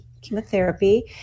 chemotherapy